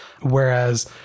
Whereas